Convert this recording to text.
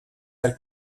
are